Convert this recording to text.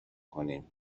کنیم